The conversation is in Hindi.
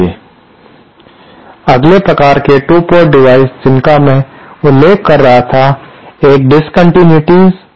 Refer Slide Time 1621 अगले प्रकार के 2 पोर्ट डिवाइस जिनका में उल्लेख कर रहा था एक डिस्कन्टिन्यूइटीएस था